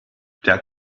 der